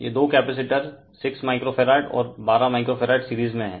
ये दो capacitor 6 micro farad और 12 माइक्रो फैरड सीरीज में हैं